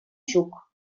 ҫук